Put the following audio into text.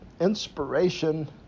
inspiration